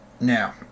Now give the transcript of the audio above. Now